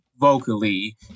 vocally